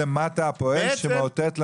זה שעומד למטה, הפועל שמאותת למנופאי.